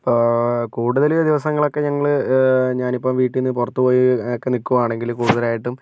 ഇപ്പോൾ കൂടുതല് ദിവസങ്ങളൊക്കെ ഞങ്ങള് ഞാനിപ്പം വീട്ടിനു പുറത്ത് പോയി ഒക്കെ നിൽക്കുവാണെങ്കില് കൂടുതലായിട്ടും